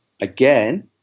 again